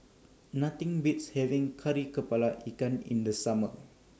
Nothing Beats having Kari Kepala Ikan in The Summer